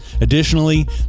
Additionally